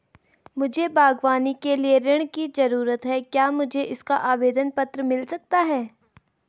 मुझे बागवानी के लिए ऋण की ज़रूरत है क्या मुझे इसका आवेदन पत्र मिल सकता है?